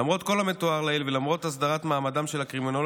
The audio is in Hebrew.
למרות כל המתואר לעיל ולמרות הסדרת מעמדם של הקרימינולוגים